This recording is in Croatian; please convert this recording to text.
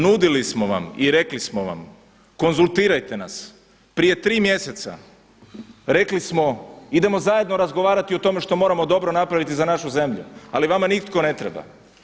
Nudili smo vam i rekli smo vam, konzultirajte nas, prije tri mjeseca rekli smo idemo zajedno razgovarati o tome što moramo dobro napraviti za našu zemlju, ali vama nitko ne treba.